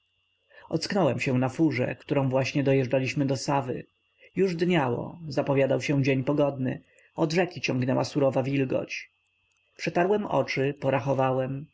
ocknąłem się na furze którą właśnie dojeżdżaliśmy do sawy już dniało zapowiadał się dzień pogodny od rzeki ciągnęła surowa wilgoć przetarłem oczy porachowałem